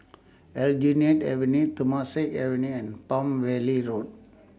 Aljunied Avenue Temasek Avenue and Palm Valley Road